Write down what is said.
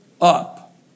up